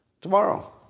tomorrow